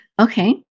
Okay